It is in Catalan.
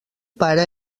pare